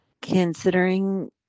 considering